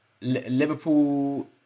Liverpool